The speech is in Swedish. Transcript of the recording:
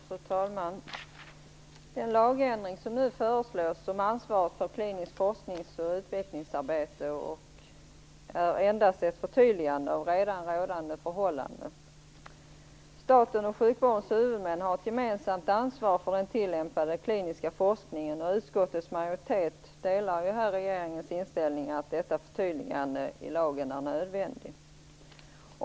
Fru talman! Den lagändring som nu föreslås om ansvaret för kliniskt forsknings och utvecklingsarbete är endast ett förtydligande av redan rådande förhållanden. Staten och sjukvårdens huvudmän har ett gemensamt ansvar för att tillämpa den kliniska forskningen. Utskottets majoritet delar regeringens inställning, att detta förtydligande i lagen är nödvändig.